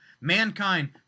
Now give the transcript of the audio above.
Mankind